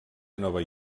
nova